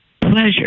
pleasure